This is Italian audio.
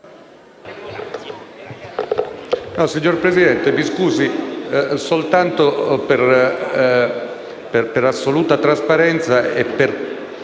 Signor Presidente, soltanto per assoluta trasparenza e per